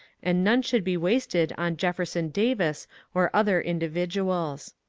and none should be wasted on jefferson davis or other individuals.